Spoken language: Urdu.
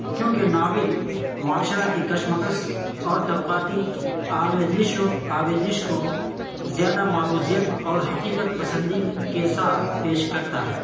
کیونکہ ناول معاشرہ کی کشمکش اور طبقاتی آمیزشوں آمیزش کو زیادہ معروضیت اور حقیقت پسندی کے ساتھ ییش کرتا ہے